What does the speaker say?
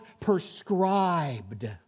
prescribed